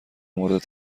مورد